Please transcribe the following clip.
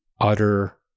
utter